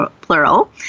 plural